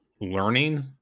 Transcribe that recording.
learning